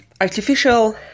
artificial